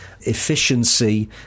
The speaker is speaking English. efficiency